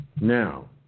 now